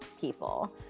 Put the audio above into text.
people